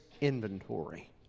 Inventory